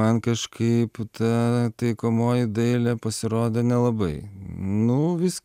man kažkaip ta taikomoji dailė pasirodė nelabai nu vis